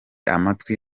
amatwi